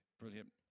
Brilliant